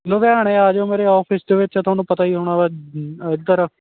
ਲੁਧਿਆਣੇ ਆ ਜਿਓ ਮੇਰੇ ਆਫਿਸ ਵਿੱਚ ਤੁਹਾਨੂੰ ਪਤਾ ਹੀ ਹੋਣਾ ਇਧਰ